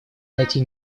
найти